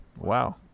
wow